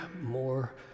more